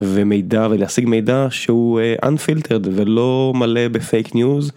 ומידע ולהשיג מידע שהוא unfiltered ולא מלא בפייק ניוז